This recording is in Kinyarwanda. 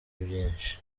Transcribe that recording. byinshi